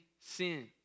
sin